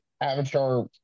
Avatar